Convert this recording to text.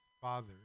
father